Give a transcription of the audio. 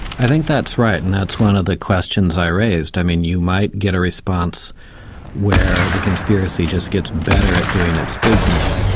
i think that's right. and that's one of the questions i raised. i mean you might get a response where the conspiracy just gets better at doing its business.